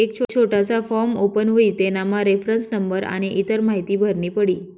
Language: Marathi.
एक छोटासा फॉर्म ओपन हुई तेनामा रेफरन्स नंबर आनी इतर माहीती भरनी पडी